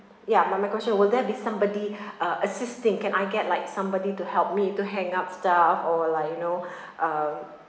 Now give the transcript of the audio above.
ya my my question will there be somebody uh assisting can I get like somebody to help me to hang up stuff or like you know uh